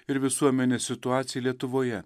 ir visuomenės situaciją lietuvoje